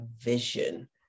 vision